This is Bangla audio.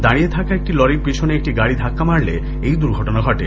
দাঁডিয়ে থাকা একটি লরির পিছনে একটি গাডি ধাক্কা দিলে এই দূর্ঘটনা ঘটে